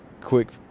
quick